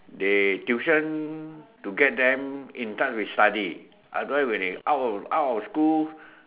they tuition you get them in touch with study otherwise when they out of out of school